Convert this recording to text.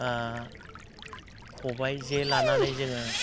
ख'बाय जे लानानै जोंङो